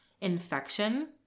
Infection